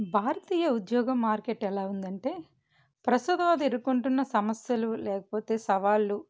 భారతీయ ఉద్యోగం మార్కెట్ ఎలా ఉందంటే ప్రస్తుతం ఎదుర్కొంటున్న సమస్యలు లేకపోతే సవాళ్లు